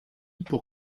pour